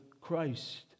Christ